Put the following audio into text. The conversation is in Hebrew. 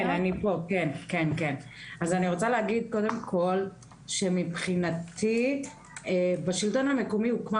אני רוצה להגיד קודם כל שמבחינתי בשלטון המקומי הוקמה